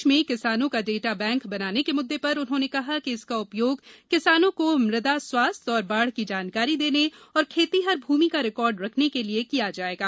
देश में किसानों का डेटा बैंक बनाने के मुद्दे पर उन्होंने कहा कि इसका उपयोग किसानों को मुदा स्वास्थ्य और बाढ़ की जानकारी देने और खेतिहर भुमि का रिकॉर्ड रखने के लिए किया जाएगा